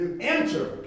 enter